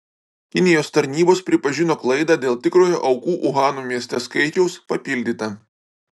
kinijos tarnybos pripažino klaidą dėl tikrojo aukų uhano mieste skaičiaus papildyta